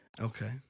Okay